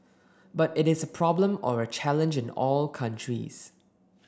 but it is a problem or a challenge in all countries